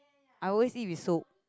I always eat with soup